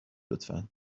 لطفا